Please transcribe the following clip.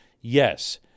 Yes